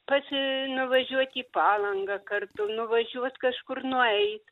pasi nuvažiuoti į palangą kartu nuvažiuoti kažkur nueiti